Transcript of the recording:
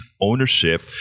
ownership